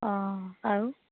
অঁ আৰু